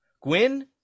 Gwyn